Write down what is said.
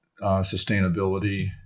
sustainability